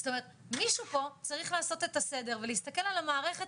זאת אומרת מישהו פה צריך לעשות את הסדר ולהסתכל על המערכת